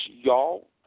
y'all